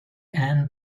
and